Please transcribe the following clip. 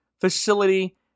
facility